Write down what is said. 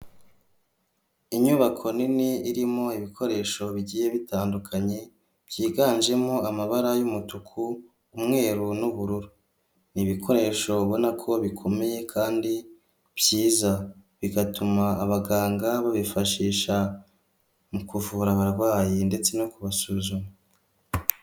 Inyubako nini irimo ibikoresho bigiye bitandukanye, byiganjemo amabara y'umutuku, umweru n'ubururu. Ni ibikoresho ubona ko bikomeye, kandi byiza. Bigatuma abaganga babifashisha mu kuvura abarwayi ndetse no kubasuzuma.